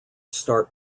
start